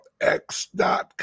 x.com